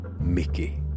Mickey